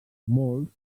molts